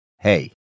Hey